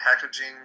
packaging